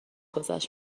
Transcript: گذشت